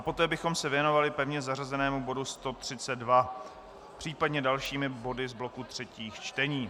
Poté bychom se věnovali pevně zařazenému bodu 132, případně dalším bodům z bloku třetích čtení.